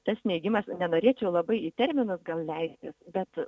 tas neigimas nenorėčiau labai į terminus gal leistis bet